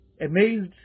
amazed